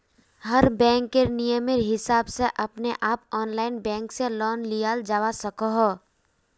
हर बैंकेर नियमेर हिसाब से अपने आप ऑनलाइन बैंक से लोन लियाल जावा सकोह